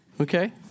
Okay